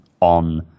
on